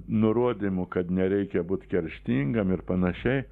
nurodymu kad nereikia būt kerštingam ir panašiai